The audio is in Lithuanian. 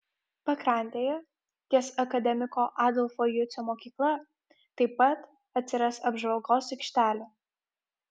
pakrantėje ties akademiko adolfo jucio mokykla taip pat atsiras apžvalgos aikštelė